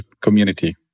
community